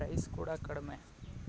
price ಕೂಡ ಕಡಿಮೆ